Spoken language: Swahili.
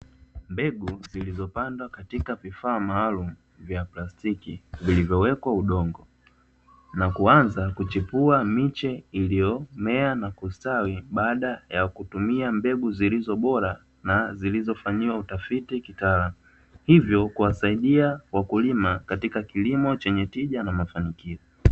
Mbegu zilizopandwa katika vifaa maalum vya plastiki vilivyowekwa udongo na kuanza kuchipua miche iliyomea na kustawi baada ya kutumia mbegu zilizo bora na zilizofanyiwa utafiti kitaalamu, hivyo kuwasaidia wakulima katika kilimo chenye tija na mafanikio.